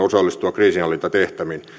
osallistua kriisinhallintatehtäviin